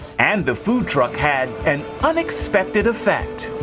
and the food truck had an unexpected effect.